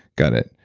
got it.